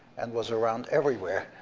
and was around everywhere,